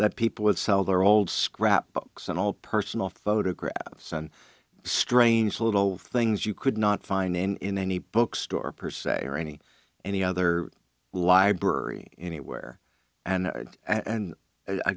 that people would sell their old scrapbooks and all personal photographs and strange little things you could not find in any bookstore per se or any any other library anywhere and and i